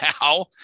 now